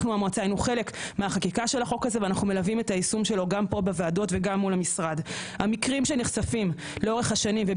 אנחנו חיים במדינה הזאת עם השרים שיושבים בה, עם